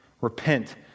Repent